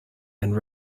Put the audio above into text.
and